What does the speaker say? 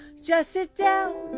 just sit down.